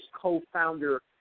co-founder